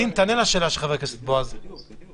דין, תענה לשאלה של חבר הכנסת בועז טופורובסקי.